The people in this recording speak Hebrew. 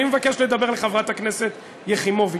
אני מבקש לדבר אל חברת הכנסת יחימוביץ,